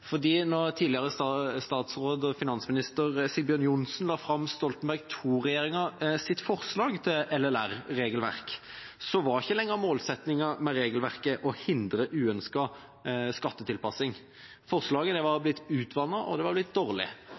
finansminister Sigbjørn Johnsen la fram Stoltenberg II-regjeringas forslag til LLR-regelverk, var ikke lenger målsettinga med regelverket å hindre uønsket skattetilpasning. Forslaget var blitt utvannet, og det var blitt dårlig.